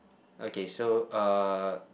okay so uh